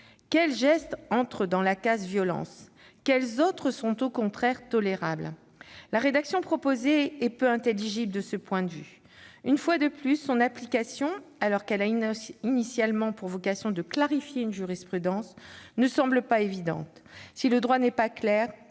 Quels gestes relèvent des violences ? Quels gestes sont au contraire « tolérables »? La rédaction proposée est peu intelligible de ce point de vue. Une fois de plus, son application, alors qu'elle a vocation à clarifier une jurisprudence, ne semble pas évidente. Si le droit n'est pas clair,